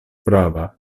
prava